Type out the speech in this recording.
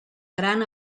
gran